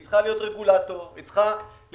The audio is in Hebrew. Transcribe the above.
היא צריכה להיות רגולטור, היא צריכה להתעסק